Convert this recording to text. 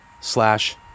slash